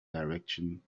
direction